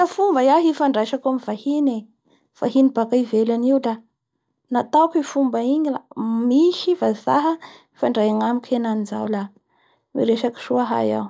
Indraiky andro da nahita fomba hifandraisa nga amin'ny vahiny baka amin'ny planeta hafa engy ny mapanao science ka da ino moa ny natao fa da niresaky reo, da nifandray reo, da hafahafa avao moa ny miheno anizay.